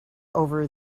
over